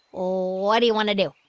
what do you want to do?